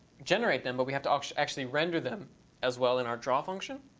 generate them, but we have to actually actually render them as well in our draw function.